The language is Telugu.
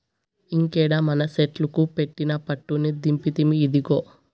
ఇంకేడ మనసెట్లుకు పెట్టిన పట్టుని దింపితిమి, ఇదిగో